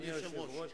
אדוני היושב-ראש.